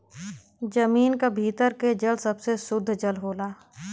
जमीन क भीतर के जल सबसे सुद्ध जल होला